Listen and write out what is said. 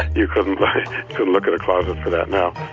you couldn't like couldn't look at a closet for that now?